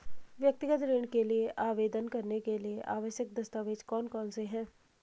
व्यक्तिगत ऋण के लिए आवेदन करने के लिए आवश्यक दस्तावेज़ कौनसे हैं?